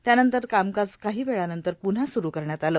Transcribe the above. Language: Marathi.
त्यानंतर कामकाज काही वेळानंतर पून्हा सुरू करण्यात आलं